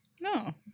no